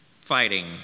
fighting